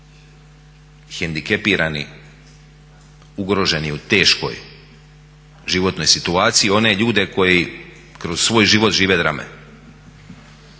hendikepiranih, ugroženih u teškoj životnoj situaciji, one ljude koji kroz svoj život žive drame.